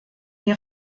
die